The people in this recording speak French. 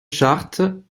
chartes